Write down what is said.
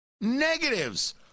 Negatives